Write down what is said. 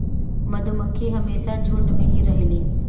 मधुमक्खी हमेशा झुण्ड में ही रहेलीन